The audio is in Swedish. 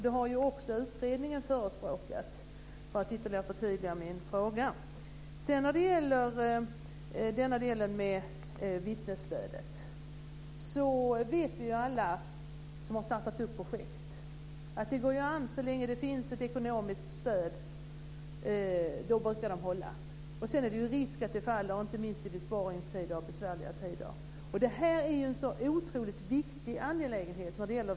Det har ju också utredningen förespråkat, för att ytterligare förtydliga min fråga. Så till detta med vittnesstöd. Alla vi som har startat projekt vet att det går an så länge det finns ett ekonomiskt stöd. Då brukar det hålla. Sedan är det risk att det faller inte minst i besparingstider och besvärliga tider. Vittnesstöd är ju en otroligt viktig angelägenhet.